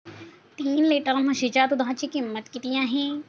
तीन लिटर म्हशीच्या दुधाची किंमत किती आहे?